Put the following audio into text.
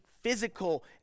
physical